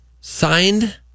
signed